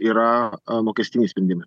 yra mokestiniai sprendimai